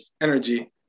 energy